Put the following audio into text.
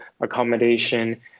accommodation